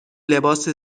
لباس